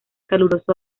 caluroso